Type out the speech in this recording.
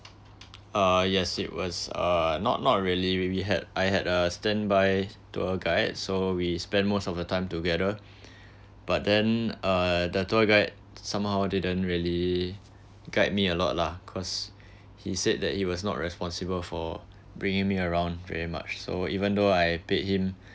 uh yes it was uh not not really we had I had a standby tour guide so we spend most of the time together but then uh the tour guide somehow didn't really guide me a lot lah cause he said that he was not responsible for bringing me around very much so even though I paid him